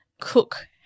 cook